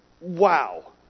Wow